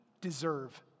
deserve